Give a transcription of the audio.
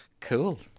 cool